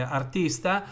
artista